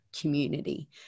community